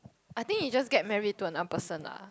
I think he just get married to unperson ah